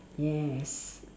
yes